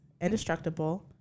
Indestructible